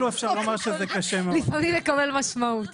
לפעמים מקבל משמעות.